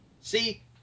See